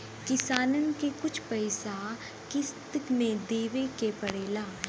किसानन के कुछ पइसा किश्त मे देवे के पड़ेला